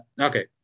okay